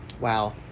Wow